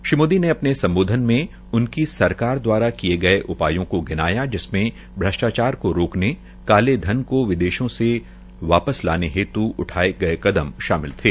श्रीमोदी ने अपने सम्बोधन में उनकी सरकार द्वारा किये गये उपायों को गिनाया जिसमें भ्रष्टाचार को रोकने काले धन की विदेशों से वापस लाने हेत् उठाये गये कदम शामिल थे